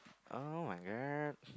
[oh]-my-god